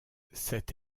cet